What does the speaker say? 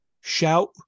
Shout